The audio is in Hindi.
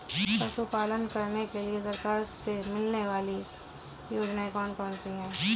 पशु पालन करने के लिए सरकार से मिलने वाली योजनाएँ कौन कौन सी हैं?